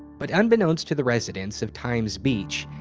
but unbeknownst to the residence of times beach,